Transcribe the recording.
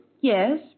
Yes